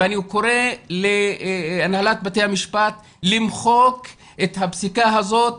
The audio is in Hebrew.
ואני קורא להנהלת בתי המשפט למחוק את הפסיקה הזאת